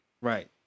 Right